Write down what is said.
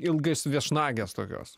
ilgais viešnagės tokios